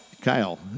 Kyle